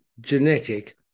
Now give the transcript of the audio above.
genetic